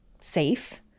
safe